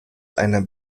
einer